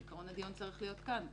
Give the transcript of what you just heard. בעיקרון הדיון צריך להיות כאן,